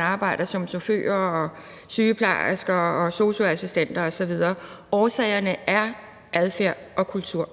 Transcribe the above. arbejder som frontpersonale, chauffører, sygeplejersker og sosu-assistenter osv. Årsagerne er adfærd og kultur.